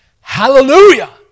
hallelujah